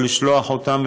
או לשלוח אותם,